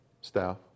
staff